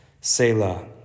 Selah